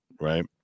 right